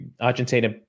Argentina